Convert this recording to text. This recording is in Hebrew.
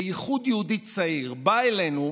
בייחוד יהודי צעיר, בא אלינו,